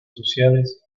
sociales